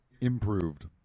improved